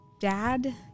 dad